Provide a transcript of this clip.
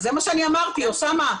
זה מה שאמרתי, אוסאמה.